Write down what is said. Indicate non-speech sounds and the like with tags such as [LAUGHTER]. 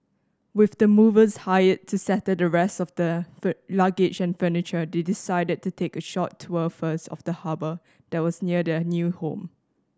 with the movers hired to settle the rest of their [UNINTELLIGIBLE] luggage and furniture they decided to take a short tour first of the harbour that was near their new home